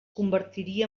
convertiria